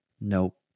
nope